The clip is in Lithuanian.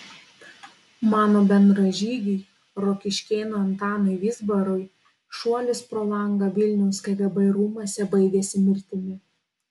mano bendražygiui rokiškėnui antanui vizbarui šuolis pro langą vilniaus kgb rūmuose baigėsi mirtimi